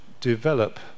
develop